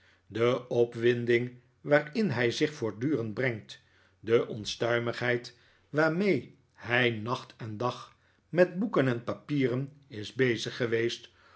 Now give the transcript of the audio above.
de opwinding waarin hij zich voortdurend brengt de onstuimigheid waarmee hij nacht en dag met boeken en papieren is bezig geweest